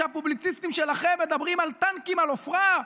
שהפובליציסטים שלכם מדברים על טנקים על עופרה?